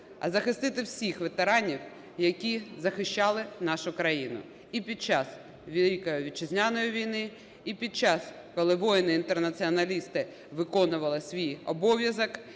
а захистити всіх ветеранів, які захищали нашу країну і під час Великої Вітчизняної війни, і під час, коли воїни-інтернаціоналісти виконували свій обов'язок,